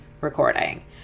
recording